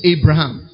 Abraham